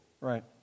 Right